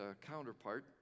counterpart